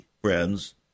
friends